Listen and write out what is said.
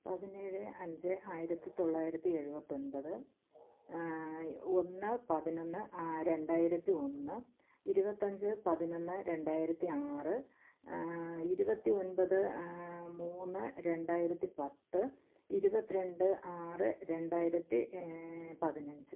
പതിനേഴ് അഞ്ച് ആയിരത്തിത്തൊള്ളായിരത്തി എഴുപത്തൊൻപത് ഒന്ന് പതിനൊന്ന് രണ്ടായിരത്തി ഒന്ന് ഇരുപത്തഞ്ച് പതിനൊന്ന് രണ്ടായിരത്തി ആറ് ഇരുപത്തിയൊൻപത് മൂന്ന് രണ്ടായിരത്തിപ്പത്ത് ഇരുപത്തി രണ്ട് ആറ് രണ്ടായിരത്തി പതിനഞ്ച്